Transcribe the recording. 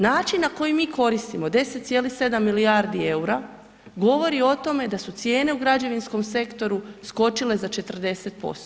Način na koji mi koristimo 10,7 milijardi eura govori o tome da su cijene u građevinskom sektoru skočile za 40%